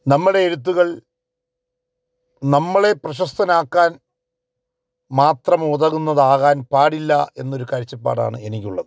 നമ്മുടെ എഴുത്തുകള് നമ്മളെ പ്രശസ്തനാക്കാന് മാത്രമുതകുന്നതാകാന് പാടില്ല എന്നൊരു കാഴ്ചപ്പാടാണ് എനിക്കുള്ളത്